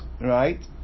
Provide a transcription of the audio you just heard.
right